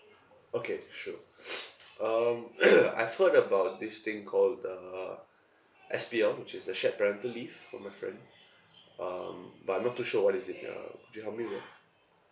okay sure um I've heard about this thing called the S_P_L which is the shared parental leave from my friend um but not too sure what is it ya could you help me with that